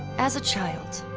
as a child,